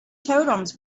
totems